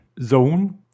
zone